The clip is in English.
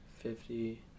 Fifty